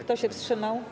Kto się wstrzymał?